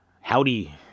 Howdy